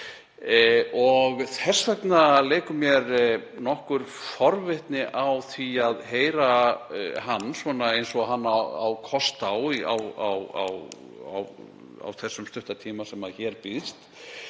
og þess vegna leikur mér nokkur forvitni á því að heyra, eins og hann á kost á á þeim stutta tíma sem hér býðst,